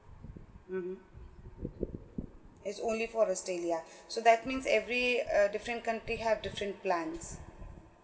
mmhmm it's only for australia so that means every uh different country have different plans